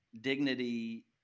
dignity